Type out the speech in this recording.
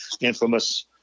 infamous